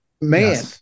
Man